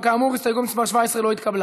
כאמור, הסתייגות מס' 17 לא התקבלה.